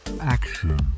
action